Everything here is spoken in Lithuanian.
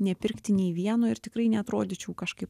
nepirkti nei vieno ir tikrai neatrodyčiau kažkaip